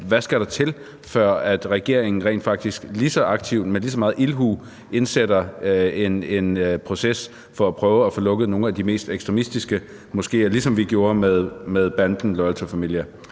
Hvad skal der til, før regeringen rent faktisk lige så aktivt og med lige så meget ildhu igangsætter en proces for at prøve at få lukket nogle af de mest ekstremistiske moskéer, ligesom vi gjorde med banden Loyal To Familia?